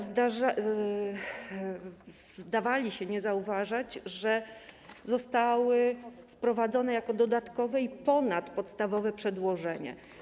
Zdawali się nie zauważać, że zostały one wprowadzone jako dodatkowe i ponadpodstawowe przedłożenie.